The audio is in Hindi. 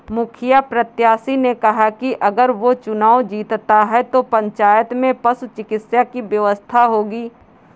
मुखिया प्रत्याशी ने कहा कि अगर वो चुनाव जीतता है तो पंचायत में पशु चिकित्सा की व्यवस्था होगी